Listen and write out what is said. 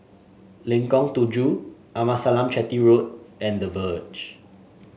Lengkong Tujuh Amasalam Chetty Road and The Verge